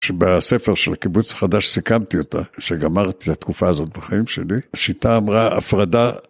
שבספר של קיבוץ חדש סיכמתי אותה, שגמרתי התקופה הזאת בחיים שלי, שיטה אמרה הפרדה.